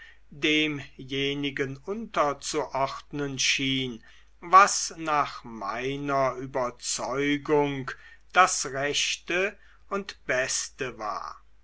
demjenigen unterzuordnen schien was nach seiner überzeugung das rechte und beste war